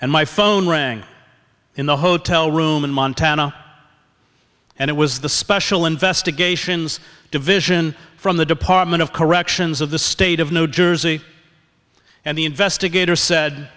and my phone rang in the hotel room in montana and it was the special investigations division from the department of corrections of the state of new jersey and the investigator said